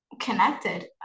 connected